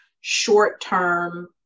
short-term